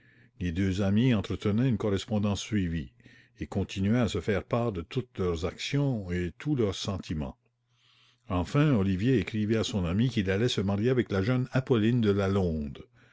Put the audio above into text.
les deux amis entretenaient une correspondance suivie et continuaient à se faire part de toutes leurs actions et de tous leurs sentimens enfin olivier écrivit à son ami qu'il allait se marier avec la jeune apolline de lalonde